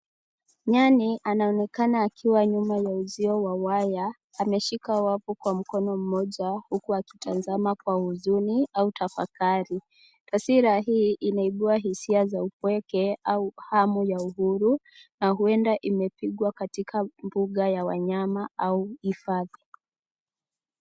Nyani, anaonekana akiwa nyuma ya uzio wa waya. Ameshika wavu kwa mkono mmoja, huku akitazama kwa huzuni au tafakari. Taswira hii inaibua hisia za upweke au hamu ya uhuru, au huenda imepigwa katika buga ya wanyama au hifadhi.